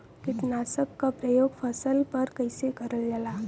कीटनाशक क प्रयोग फसल पर कइसे करल जाला?